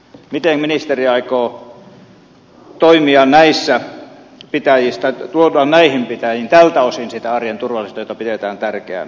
miten ministeri aikoo toimia näissä pitäjissä tuoda näihin pitäjiin tältä osin sitä arjen turvallisuutta jota pidetään tärkeänä